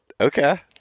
Okay